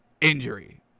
injury